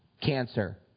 cancer